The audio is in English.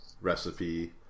recipe